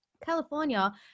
California